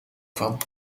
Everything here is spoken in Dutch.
van